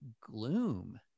gloom